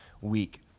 week